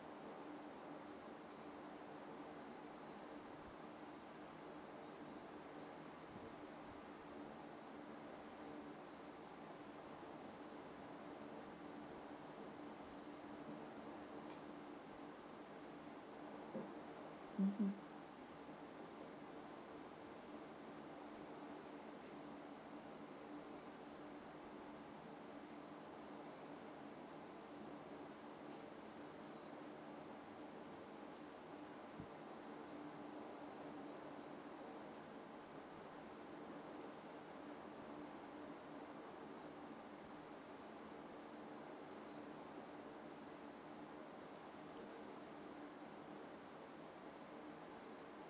mmhmm